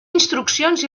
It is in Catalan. instruccions